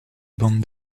bande